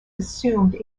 assumed